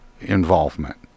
involvement